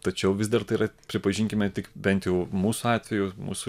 tačiau vis dar tai yra pripažinkime tik bent jau mūsų atveju mūsų